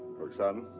roxane?